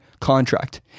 contract